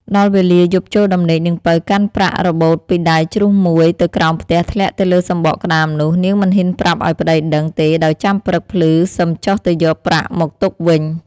ដល់វេលាយប់ចូលដំណេកនាងពៅកាន់ប្រាក់របូតពីដៃជ្រុះមួយទៅក្រោមផ្ទះធ្លាក់ទៅលើសំបកក្ដាមនោះ នាងមិនហ៊ានប្រាប់ឲ្យប្ដីដឹងទេដោយចាំព្រឹកភ្លឺសឹមចុះទៅយកប្រាក់មកទុកវិញ។